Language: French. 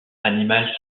animal